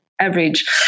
average